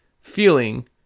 feeling